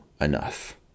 enough